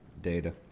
Data